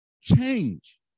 change